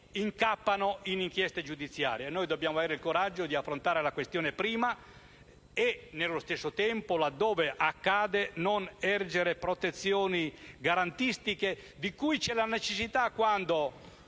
incappano in inchieste giudiziarie: dobbiamo avere il coraggio di affrontare la questione prima e, nello stesso tempo, laddove accade che vi siano tali interventi, non ergere protezioni garantistiche, di cui c'è necessità quando